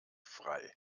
frei